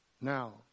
Now